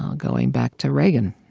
um going back to reagan,